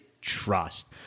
trust